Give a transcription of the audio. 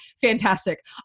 Fantastic